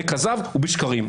בכזב ובשקרים.